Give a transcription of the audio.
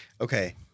Okay